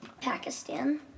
Pakistan